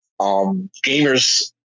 Gamers